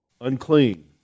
unclean